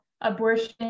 Abortion